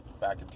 back